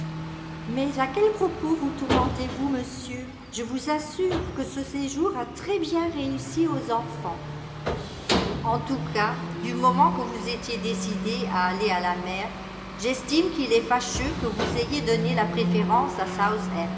mais à quel propos vous tourmentez vous monsieur je vous assure que ce séjour a très bien réussi aux enfants en tous cas du moment que vous étiez décidée à aller à la mer j'estime qu'il est fâcheux que vous ayez donné la préférence à